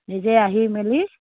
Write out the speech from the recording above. নিজে আহি মেলি